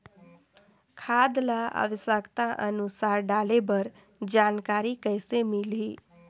खाद ल आवश्यकता अनुसार डाले बर जानकारी कइसे मिलही?